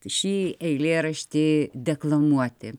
šį eilėraštį deklamuoti